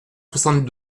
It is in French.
soixante